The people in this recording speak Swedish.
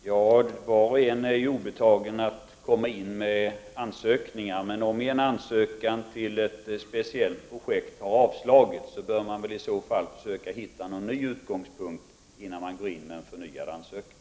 Fru talman! Det är var och en obetaget att komma in med ansökningar. Men om en ansökan till ett speciellt projekt har avslagits, bör man i så fall försöka hitta någon ny utgångspunkt, innan man går in med en förnyad ansökan.